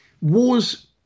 wars